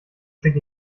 schick